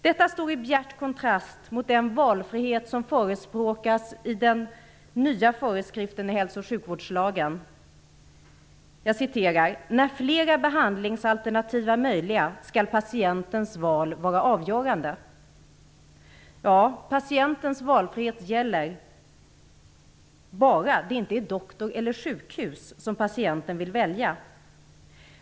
Detta står i bjärt kontrast mot den valfrihet som förespråkas i den nya föreskriften i hälso och sjukvårdslagen: "När flera behandlingsalternativ är möjliga skall patientens val vara avgörande." Ja, patientens valfrihet gäller, bara det inte är doktor eller sjukhus som patienten vill välja.